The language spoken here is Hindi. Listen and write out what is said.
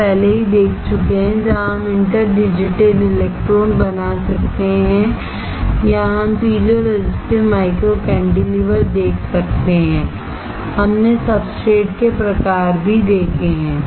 हम पहले ही देख चुके हैं जहां हम इंटर डिजिटेड इलेक्ट्रोड बना सकते हैं या हम पीजों रेजिस्टिव माइक्रो कैंटीलेवर देख सकते हैं हमने सब्सट्रेट के प्रकार भी देखे हैं